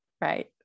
Right